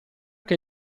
che